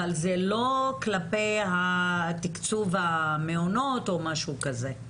אבל זה לא כלפי תקצוב המעונות או משהו כזה.